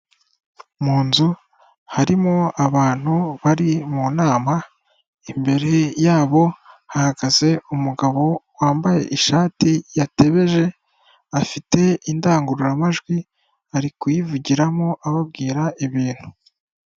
Mu nzu harimo abantu bari mu nama, imbere yabo hahagaze umugabo wambaye ishati yatebeje afite indangururamajwi arikuyivugiramo ababwira ibintu.